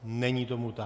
Není tomu tak.